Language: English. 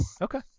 Okay